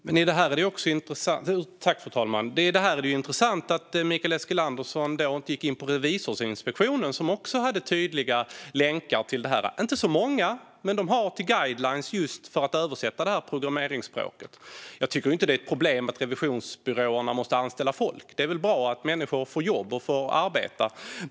Fru talman! Det är intressant att Mikael Eskilandersson inte gick in på Revisorsinspektionen, som också har tydliga länkar om detta. De är inte så många, men det finns till guidelines om just översättning av programmeringsspråk. Jag tycker inte att det är ett problem att revisionsbyråerna måste anställa folk. Det är väl bra att människor får jobb och får arbeta.